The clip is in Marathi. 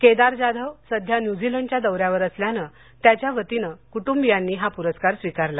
केदार जाधव सध्या न्यूझिलंडच्या दौऱ्यावर असल्याने त्याच्या वतीन कुटुबीयांनी हा पुरस्कार स्वीकारला